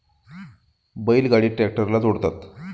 बैल गाडी ट्रॅक्टरला जोडतात